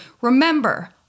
remember